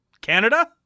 Canada